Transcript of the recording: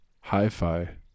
Hi-Fi